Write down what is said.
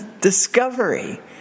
Discovery